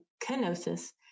kenosis